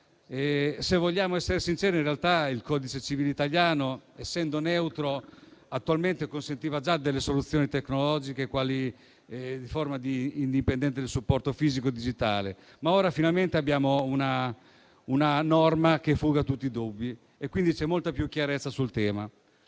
Se vogliamo essere sinceri, in realtà, il codice civile italiano, essendo neutro, attualmente già consentiva soluzioni tecnologiche di qualsiasi forma, indipendentemente dal supporto, fisico o digitale, ma ora finalmente abbiamo una norma che fuga tutti i dubbi, per cui c'è molta più chiarezza sul tema.